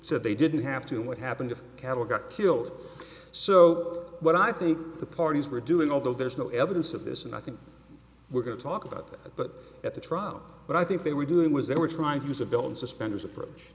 said they didn't have to what happened cattle got killed so what i think the parties were doing although there's no evidence of this and i think we're going to talk about that but at the trial but i think they were doing was they were trying to use a build suspenders approach